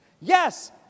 Yes